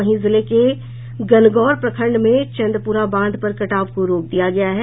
वहीं जिले के गनगौर प्रखंड में चंदपुरा बांध पर कटाव को रोक दिया गया है